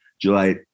July